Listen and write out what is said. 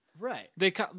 Right